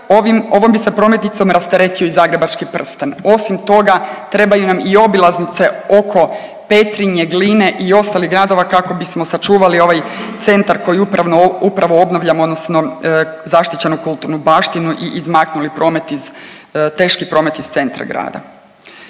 ovom bi se prometnicom rasteretio i zagrebački prsten. Osim toga, trebaju nam i obilaznice oko Petrinje, Gline i ostalih gradova kako bismo sačuvali ovaj centar koji upravo obnavljamo, odnosno zaštićenu kulturnu baštinu i izmaknuli promet iz, teški promet iz centra grada.